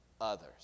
others